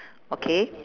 okay